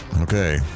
Okay